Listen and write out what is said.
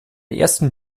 ersten